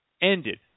ended